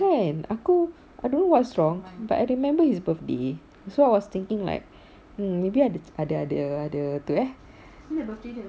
kan aku I don't know what's wrong but I remember his birthday so I was thinking like mm maybe ada ada ada ada tu eh